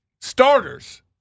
starters